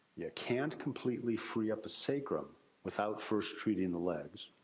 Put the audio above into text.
yeah can't completely free up a sacrum without first treating the legs.